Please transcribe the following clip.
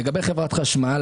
לגבי חברת החשמל,